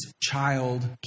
child